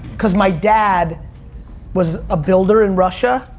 cause my dad was a builder in russia,